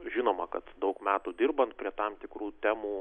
žinoma kad daug metų dirbant prie tam tikrų temų